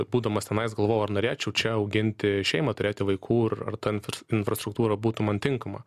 būdamas tenais galvoju ar norėčiau čia auginti šeimą turėti vaikų ir ar ta infrastruktūrą būtų man tinkama